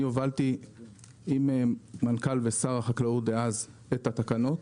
אני הובלתי עם מנכ"ל ושר החקלאות דאז את התקנות.